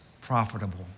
profitable